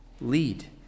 lead